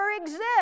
exist